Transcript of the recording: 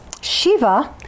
Shiva